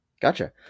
Gotcha